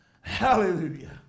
Hallelujah